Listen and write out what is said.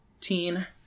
teen